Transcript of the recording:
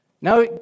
Now